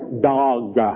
dog